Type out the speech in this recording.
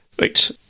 Right